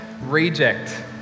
reject